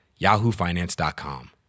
yahoofinance.com